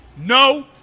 No